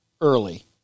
early